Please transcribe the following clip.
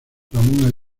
ramón